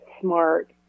smart